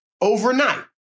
overnight